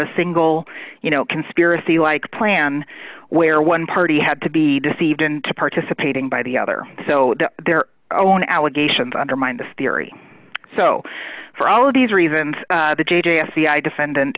a single you know conspiracy like plan where one party had to be deceived into participating by the other so their own allegations undermined the theory so for all of these reasons the j j sci defendant